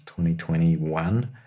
2021